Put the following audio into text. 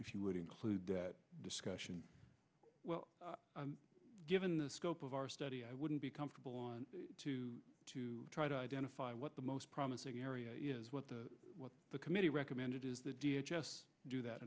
if you would include that discussion well given the scope of our study i wouldn't be comfortable on to to try to identify what the most promising area is what the what the committee recommended is the dia just do that